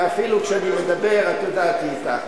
ואפילו כשאני מדבר, היא אתך.